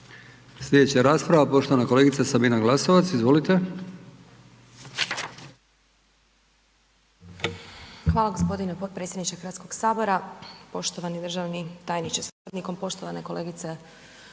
Sljedeća rasprava poštovana kolegica Sabina Glasovac. Izvolite. **Glasovac, Sabina (SDP)** Hvala gospodine potpredsjedniče Hrvatskog sabora, poštovani državni tajniče sa suradnikom, poštovane kolegice